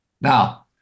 Now